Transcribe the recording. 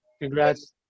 Congrats